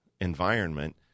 environment